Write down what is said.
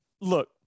look